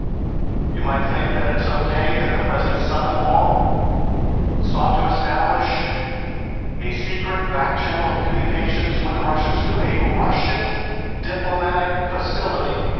you might think that it's okay that the president's son-in-law sought to establish a secret back channel of communications with the russians to a russian diplomatic facility.